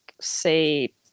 say